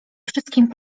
wszystkim